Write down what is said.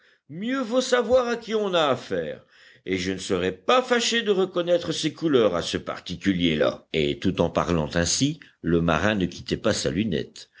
mieux vaut savoir à qui on a affaire et je ne serais pas fâché de reconnaître ses couleurs à ce particulier là et tout en parlant ainsi le marin ne quittait pas sa lunette